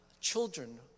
children